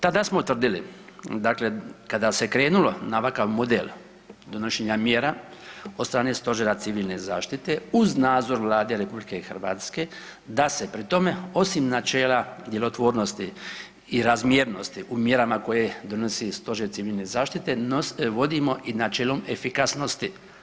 Tada smo tvrdili kada se krenulo na ovakav model donošenja mjera od strane Stožera civilne zaštite uz nadzor Vlade RH da se pri tome osim načela djelotvornosti i razmjernosti u mjerama koje donosi Stožer civilne zaštite vodimo i načelom efikasnosti.